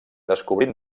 descobrint